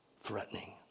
threatening